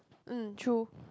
hmm true